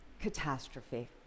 catastrophe